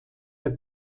der